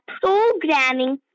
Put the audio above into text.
programming